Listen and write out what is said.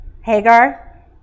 Hagar